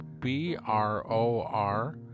B-R-O-R